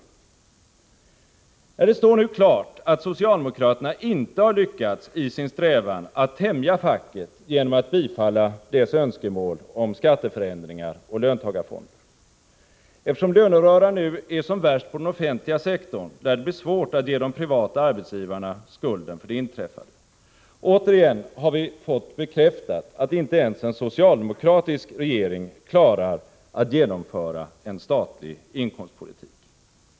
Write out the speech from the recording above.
debatt Det står nu klart att socialdemokraterna inte har lyckats i sin strävan att tämja facket genom att bifalla dess önskemål om skatteförändringar och löntagarfonder. Eftersom löneröran nu är som värst på den offentliga sektorn, lär det bli svårt att ge de privata arbetsgivarna skulden för det inträffade. Återigen har vi fått bekräftat att inte ens en socialdemokratisk regering klarar att genomföra en statlig inkomstpolitik.